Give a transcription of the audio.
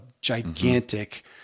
gigantic